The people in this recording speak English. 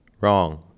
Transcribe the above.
wrong